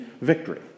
victory